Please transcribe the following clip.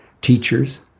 teachers